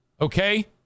okay